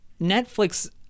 Netflix